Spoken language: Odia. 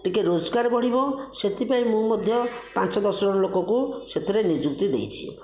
ଟିକିଏ ରୋଜଗାର ବଢ଼ିବ ସେଥିପାଇଁ ମୁଁ ମଧ୍ୟ ପାଞ୍ଚ ଦଶ ଜଣ ଲୋକଙ୍କୁ ସେଥିରେ ନିଯୁକ୍ତି ଦେଇଛି